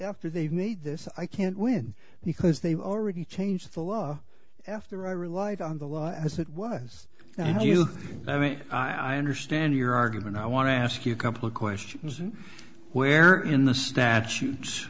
after they've made this i can't win because they've already changed the law after i relied on the law as it was and you i mean i understand your argument i want to ask you a couple questions and where in the statutes